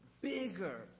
bigger